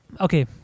Okay